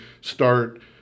start